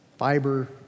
fiber